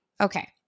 Okay